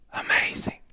Amazing